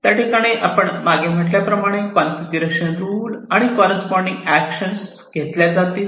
त्या ठिकाणी आपण मागे म्हटल्याप्रमाणे कॉन्फिगरेशन रुल आणि कॉररेस्पॉन्डिन्ग ऍक्शन घेतल्या जातील